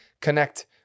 connect